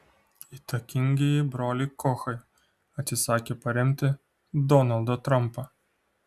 įtakingieji broliai kochai atsisakė paremti donaldą trumpą